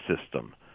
system